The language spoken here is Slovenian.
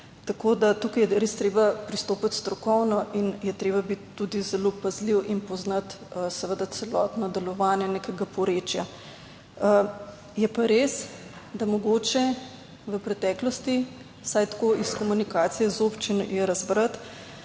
Tako, da tukaj je res treba pristopiti strokovno in je treba biti tudi zelo pazljiv in poznati seveda celotno delovanje nekega porečja. Je pa res, da mogoče v preteklosti, vsaj tako iz komunikacije z občino je razbrati,